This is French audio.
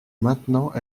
maintenant